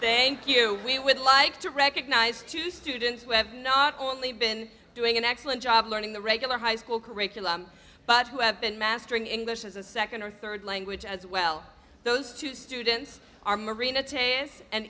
thank you we would like to recognize two students who have not only been doing an excellent job learning the regular high school curriculum but who have been mastering english as a second or third language as well those two students are marina ten and